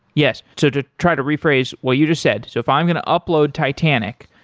yes. to to try to rephrase what you just said. so if i'm going to upload titanic,